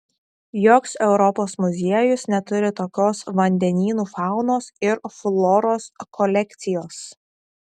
joks europos muziejus neturi tokios vandenynų faunos ir floros kolekcijos